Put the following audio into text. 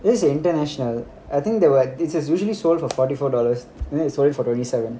this is an international I think there were this is usually sold for forty four dollars then it's only for thirty seven